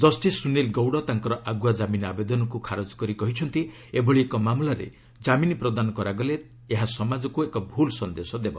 justice Sunil Gaur ତାଙ୍କର ଆଗୁଆ କ୍ରାମିନ୍ ଆବେଦନକୁ ଖାରଜ କରି କହିଛନ୍ତି ଏଭଳି ଏକ ମାମଲାରେ କାମିନ୍ ପ୍ରଦାନ କରାଗଲେ ଏହା ସମାଜକୁ ଏକ ଭୁଲ୍ ସନ୍ଦେଶ ଦେବ